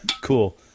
Cool